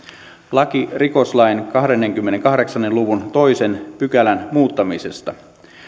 laki rikoslain kahdenkymmenenkahdeksan luvun toisen pykälän muuttamisesta